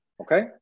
Okay